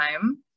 time